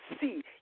see